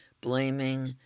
blaming